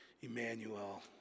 Emmanuel